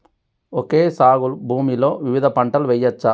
Okay సాగు భూమిలో వివిధ పంటలు వెయ్యచ్చా?